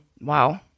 Wow